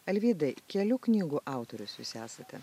alvydai kelių knygų autorius jūs esate